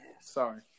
Sorry